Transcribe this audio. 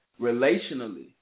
relationally